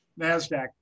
NASDAQ